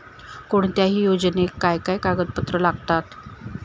कोणत्याही योजनेक काय काय कागदपत्र लागतत?